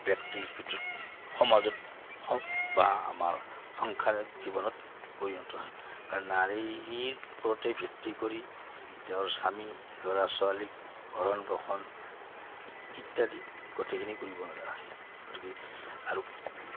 ব্যক্তিৰ ভিতৰত সমাজত বা আমাৰ সংসাৰ জীৱনত পৰিণত হয় কাৰণ নাৰীৰ ওপৰতেই ভিত্তি কৰি তেওঁৰ স্বামী ল'ৰা ছোৱালীক ইত্যাদি গোটেইখিনি কৰিব লগা হয় গতিকে আৰু